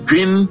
Pin